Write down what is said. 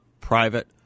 private